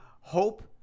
hope